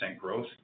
growth